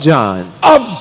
John